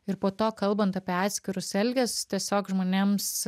ir po to kalbant apie atskirus elgias tiesiog žmonėms